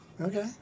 Okay